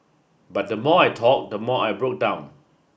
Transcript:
but the more I talked the more I broke down